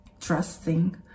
trusting